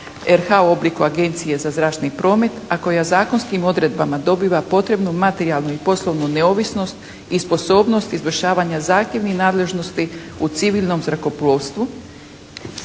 RH u obliku Agencije za zračni promet, a koja zakonskim odredbama dobiva potrebnu materijalnu i poslovnu neovisnost i sposobnost izvršavanja zahtjevnih nadležnosti u civilnom zrakoplovstvu